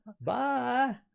bye